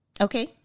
Okay